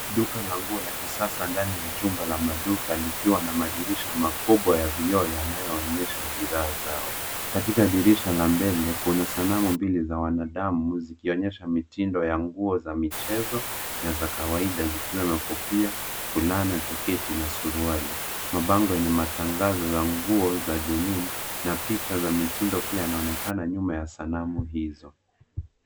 Duka la nguo la kisasa ndani ya jumba la maduka likiwa na madirisha makubwa ya vioo yanayoonyesha bidhaa zao. Katika dirisha la mbele, kuna sanamu mbili za wanadamu, zikionyesha mitindo ya nguo za michezo, na za kawaida zikiwa makofia, fulana, jaketi na suruali. Mabango yenye matangazo ya nguo za denim , na picha za mitindo pia yanaonekana nyuma ya sanamu hizo.